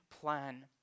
plan